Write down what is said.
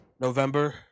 November